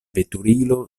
veturilo